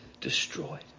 destroyed